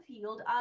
field